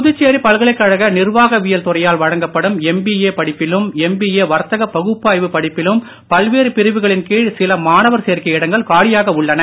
புதுச்சேரி பல்கலைக் கழக நிர்வாகவியல் துறையால் வழங்கப்படும் எம்பிஏ படிப்பிலும் எம்பிஏ வர்த்தகப் பகுப்பாய்வு படிப்பிலும் பல்வேறு பிரிவுகளின் கீழ் சில மாணவர் சேர்க்கை இடங்கள் காலியாக உள்ளன